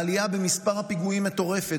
העלייה במספר הפיגועים מטורפת.